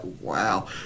wow